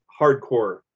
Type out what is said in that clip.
hardcore